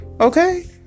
okay